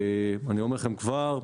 אני אומר לכם כבר,